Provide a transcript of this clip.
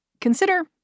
consider